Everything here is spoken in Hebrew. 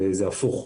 וזה הפוך.